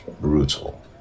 brutal